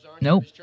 Nope